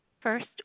First